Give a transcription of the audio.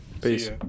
Peace